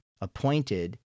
appointed